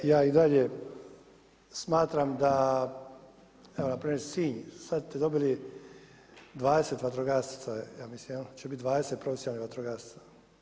Ja i dalje smatram da evo na primjer Sinj sad ste dobili 20 vatrogasaca ja mislim jel' da će bit 20 profesionalnih vatrogasaca.